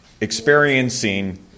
experiencing